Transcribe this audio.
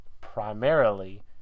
primarily